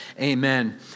amen